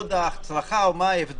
סוד ההצלחה או מה ההבדל,